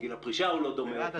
גיל הפרישה לא דומה.